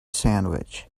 sandwich